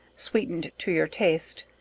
sweetened to your taste,